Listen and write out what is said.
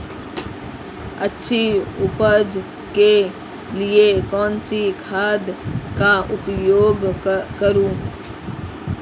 अच्छी उपज के लिए कौनसी खाद का उपयोग करूं?